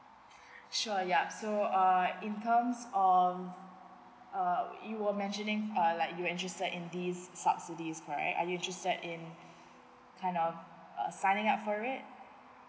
sure yup so err in terms on uh you were mentioning uh like you're interested in this subsidies right are you interested in kind of err signing up for it